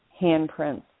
handprints